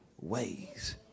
ways